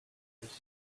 sticky